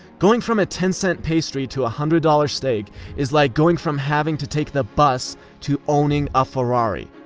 going from a ten cent pastry to a one hundred dollars steak is like going from having to take the bus to owning a ferrari.